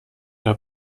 der